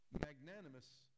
magnanimous